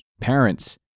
parents